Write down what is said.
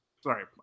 Sorry